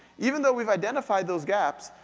even though we've identified those gaps,